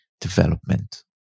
development